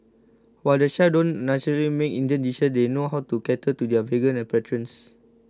while the chefs don't necessarily make Indian dishes they know how to cater to their vegan patrons